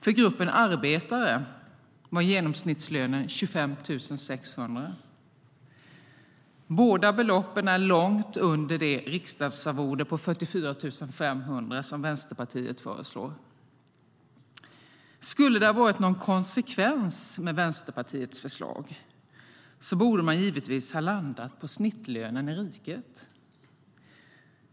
För gruppen arbetare var genomsnittslönen 25 600. Båda beloppen är långt under det riksdagsarvode på 44 500 som Vänsterpartiet föreslår. Om det skulle ha varit någon konsekvens med Vänsterpartiets förslag borde man givetvis ha landat på snittlönen i riket.